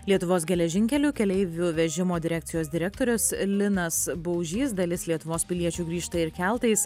lietuvos geležinkelių keleivių vežimo direkcijos direktorius linas baužys dalis lietuvos piliečių grįžta ir keltais